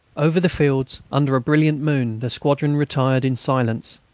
over the fields, under a brilliant moon, the squadron retired in silence.